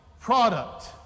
product